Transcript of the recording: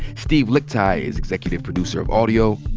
steve lickteig is executive producer of audio.